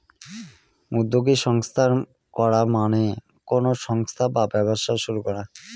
উদ্যোগী ব্যবস্থা করা মানে কোনো সংস্থা বা ব্যবসা শুরু করা